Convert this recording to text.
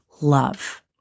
love